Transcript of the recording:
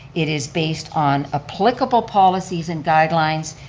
it is based on applicable policies and guidelines,